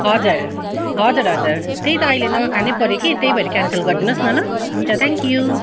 हजुर हजुर हजुर त्यही त अहिले नखाने पर्यो कि त्यही भएर क्यान्सल गरिदिनुस् न ल हुन्छ थ्याङ्कयू